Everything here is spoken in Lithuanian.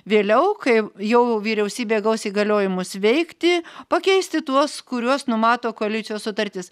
vėliau kai jau vyriausybė gaus įgaliojimus veikti pakeisti tuos kuriuos numato koalicijos sutartis